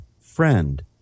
friend